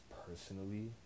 personally